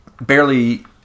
barely